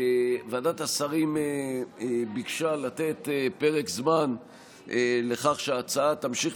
ועדת השרים ביקשה לתת פרק זמן לכך שההצעה תמשיך